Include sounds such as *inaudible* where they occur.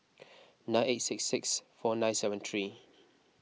*noise* nine eight six six four nine seven three